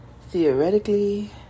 theoretically